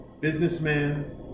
businessman